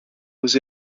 was